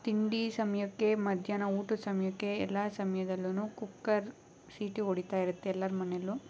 ತಿಂಡಿ ಸಮಯಕ್ಕೆ ಮಧ್ಯಾಹ್ನ ಊಟದ ಸಮಯಕ್ಕೆ ಎಲ್ಲ ಸಮಯದಲ್ಲುನು ಕುಕ್ಕರ್ ಸೀಟಿ ಹೊಡೀತಾ ಇರುತ್ತೆ ಎಲ್ಲರ ಮನೆಯಲ್ಲೂ